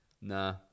nah